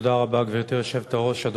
תודה רבה, גברתי היושבת-ראש.